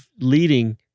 leading